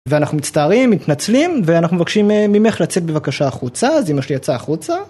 ואנחנו מצטערים, מתנצלים, ואנחנו מבקשים ממך לצאת בבקשה החוצה, אז אמא שלי יצאה החוצה.